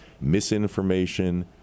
misinformation